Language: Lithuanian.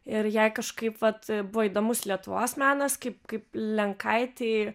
ir jai kažkaip vat buvo įdomus lietuvos menas kaip kaip lenkaitei